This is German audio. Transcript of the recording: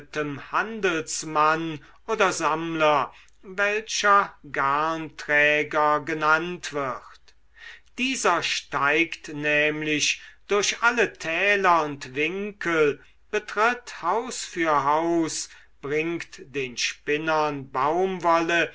handelsmann oder sammler welcher garnträger genannt wird dieser steigt nämlich durch alle täler und winkel betritt haus für haus bringt den spinnern baumwolle